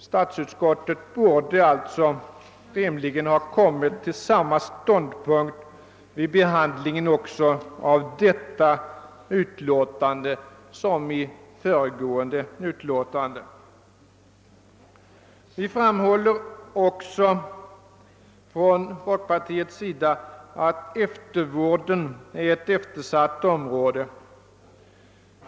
Statsutskottet borde alltså rimligen ha kommit till samma ståndpunkt vid behandlingen av det ärende vi nu diskuterar. Från folkpartiet framhåller vi också att eftervården är ett eftersatt område.